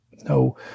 No